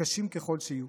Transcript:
קשים ככל שיהיו.